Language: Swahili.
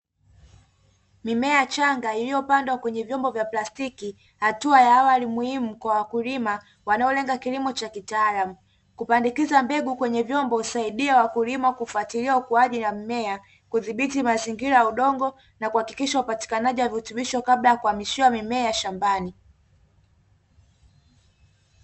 Mimea changa iliopandwa kwenye vyombo vya plastiki, hatua ya awali muhimu kwa wakulima wanaolenga kilimo cha kitaalamu. Kupandikiza mbegu kwenye vyombo husaidia wakulima kufatilia ukuaji wa mmea, kudhibiti mazingira ya udongo na kuhakikisha upatikanaji wa virutubisho; kabla ya kuhamishiwa mimea shambani.